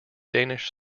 danish